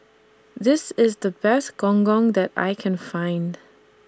This IS The Best Gong Gong that I Can Find